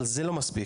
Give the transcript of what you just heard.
אבל זה לא מספיק.